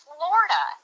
Florida